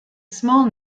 small